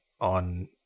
on